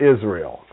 Israel